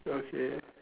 okay